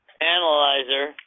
analyzer